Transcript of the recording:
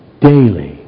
daily